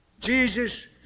Jesus